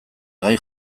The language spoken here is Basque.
gai